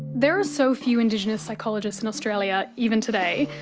there are so few indigenous psychologists in australia, even today.